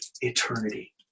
eternity